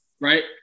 Right